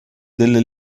delle